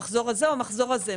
המחזור הזה או המחזור הזה?